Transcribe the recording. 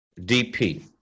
DP